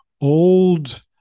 old